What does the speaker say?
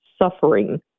suffering